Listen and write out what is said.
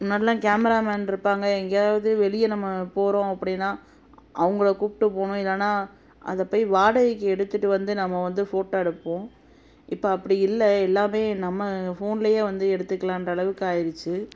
முன்னாடிலாம் கேமராமேன் இருப்பாங்க எங்கேயாவது வெளியே நம்ம போகிறோம் அப்படின்னா அவங்கள கூப்பிட்டு போகணும் இல்லைன்னா அதைப்போய் வாடகைக்கு எடுத்துட்டு வந்து நம்ம வந்து ஃபோட்டோ எடுப்போம் இப்போ அப்படி இல்லை எல்லாமே நம்ம ஃபோன்லேயே வந்து எடுத்துக்கலாம்ன்றளவுக்கு ஆகிருச்சி